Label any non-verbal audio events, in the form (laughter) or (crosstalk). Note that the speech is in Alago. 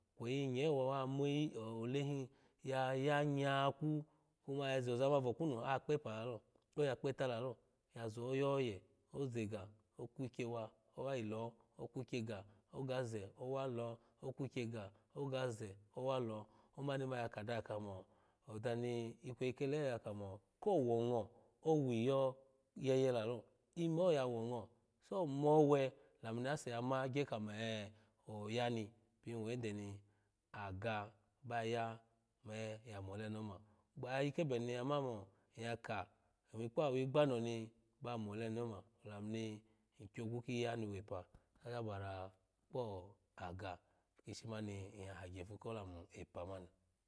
Kweyi hin nye ow wa mo (unintelligible) ole hin yaya nyaku kuma yazo zamani vokunu kuma a kepe lalo oya kpeta lalo yazo oyeye oze ga okukye wa owayi lo okukye ga oga ze owa lo okukye ga ogaze owa lo omani ma ya kadaha kamo ozani ikweyi kela oyeya kamo ko wo ongo owiyo yeye laloo ime oyawo ongo so mowe dmu ni ase yama gye kamo ee ogani pin wo yende ni aga ba ya ime ya mole ni oma gbayayi kebe ni in yamo in yaka gemi kpawigba noni oma olam ni in kyogu kiye hani wepa tata bara kpo aga ishi mani ng ya hagye ifu kolamu epa mani.